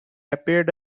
appeared